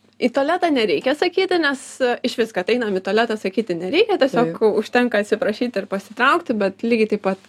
į tualetą nereikia sakyti nes išvis kad einam į tualetą sakyti nereikia tiesiog užtenka atsiprašyti ir pasitraukti bet lygiai taip pat